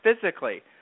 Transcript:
physically